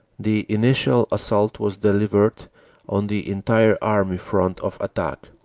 the initial assault was delivered on the entire army front of attack,